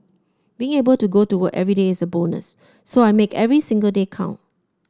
being able to go to work everyday is a bonus so I make every single day count